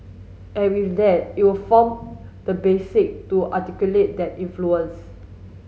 and with that it'll form the basic to articulate that influence